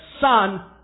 Son